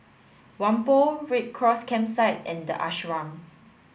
Whampoa Red Cross Campsite and The Ashram